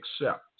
accept